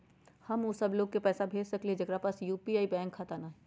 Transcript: हम उ सब लोग के पैसा भेज सकली ह जेकरा पास यू.पी.आई बैंक खाता न हई?